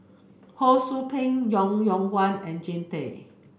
Ho Sou Ping Yong Yong Guan and Jean Tay